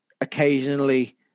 occasionally